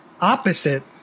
Opposite